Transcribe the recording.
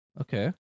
Okay